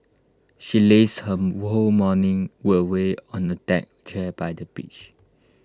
she lazed her whole morning away on the deck chair by the beach